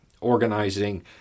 organizing